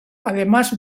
además